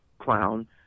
clown